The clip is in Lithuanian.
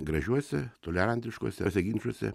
gražiuose tolerantiškuose ginčuose